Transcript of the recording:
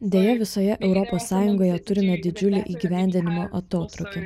deja visoje europos sąjungoje turime didžiulį įgyvendinimo atotrūkį